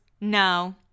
no